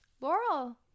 Laurel